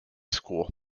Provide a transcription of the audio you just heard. school